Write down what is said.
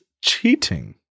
cheating